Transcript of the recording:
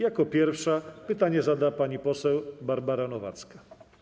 Jako pierwsza pytanie zada pani poseł Barbara Nowacka.